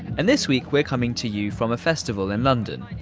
and this week we're coming to you from a festival in london.